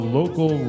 local